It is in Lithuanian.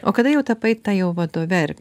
o kada jau tapai ta jau vadove ir